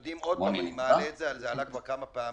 זה עלה כבר כמה פעמים.